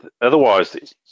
otherwise